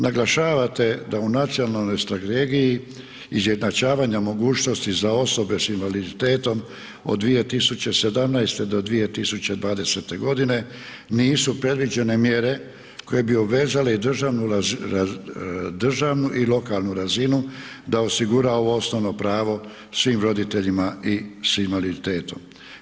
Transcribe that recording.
Naglašavate da u nacionalnoj strategiji izjednačavanja mogućnosti za osobe s invaliditetom od 2017. do 2020. godine nisu predviđene mjere koje bi obvezale državnu i lokalnu razinu da osigura ovo osnovno pravo svim roditeljima i s invaliditetom.